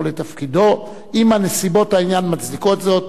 לתפקידו אם נסיבות העניין מצדיקות זאת,